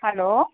hello